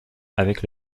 avec